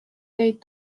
teid